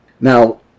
Now